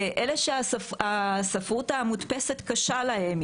ואלה שהספרות המודפסת קשה להם,